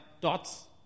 dots